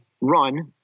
run